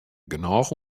genôch